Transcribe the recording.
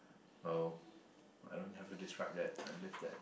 well I don't have to describe that I live that